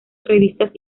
revistas